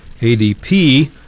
ADP